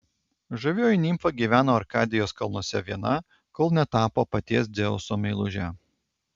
žavioji nimfa gyveno arkadijos kalnuose viena kol netapo paties dzeuso meiluže